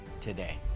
today